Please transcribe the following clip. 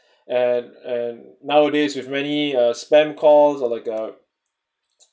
and and nowadays with many uh spam calls or like a